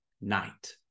night